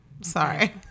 Sorry